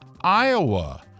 Iowa